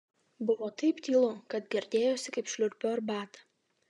buvo taip tylu kad girdėjosi kaip šliurpiu arbatą